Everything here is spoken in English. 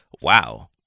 wow